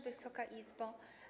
Wysoka Izbo!